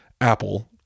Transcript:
Apple